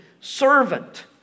servant